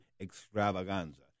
extravaganza